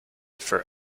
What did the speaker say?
for